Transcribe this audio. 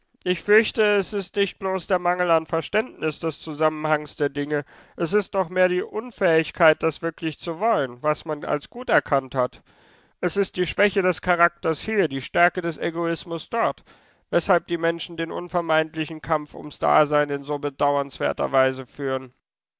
ich fürchte es ist nicht bloß der mangel an verständnis des zusammenhangs der dinge es ist noch mehr die unfähigkeit das wirklich zu wollen was man als gut erkannt hat es ist die schwäche des charakters hier die stärke des egoismus dort weshalb die menschen den unvermeidlichen kampf ums dasein in so bedauernswerter weise führen